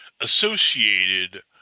associated